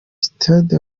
stade